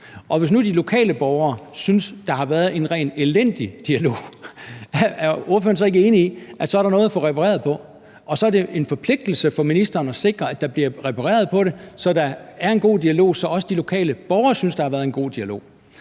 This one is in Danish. og hvis nu de lokale borgere synes, at der har været en rent elendig dialog, er ordføreren så ikke enig i, at så er der noget at få repareret på, og at så er det en forpligtelse for ministeren at sikre, at der bliver repareret på det, så der er en god dialog, og så også de lokale borgere synes, der har været en god dialog?